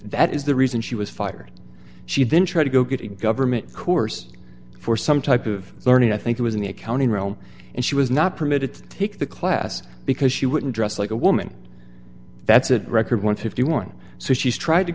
that is the reason she was fired she even tried to go get a government course for some type of learning i think it was in the accounting realm and she was not permitted to take the class because she wouldn't dress like a woman that's a record one hundred and fifty one so she's trying to